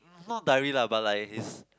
not diary lah but like his